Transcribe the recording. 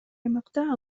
аймакта